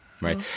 Right